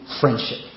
friendship